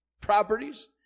properties